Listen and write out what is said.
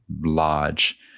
large